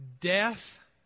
Death